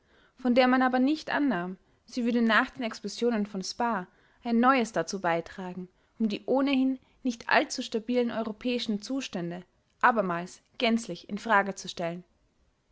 von der man aber nicht annahm sie würde nach den explosionen von spaa ein neues dazu beitragen um die ohnehin nicht allzu stabilen europäischen zustände abermals gänzlich in frage zu stellen